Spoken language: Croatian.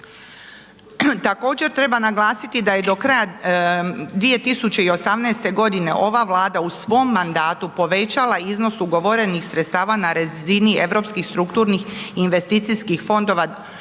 Također treba naglasiti da je do kraja 2018. godine ova Vlada u svom mandatu povećala iznos ugovorenih sredstava na razini Europskih strukturnih investicijskih fondova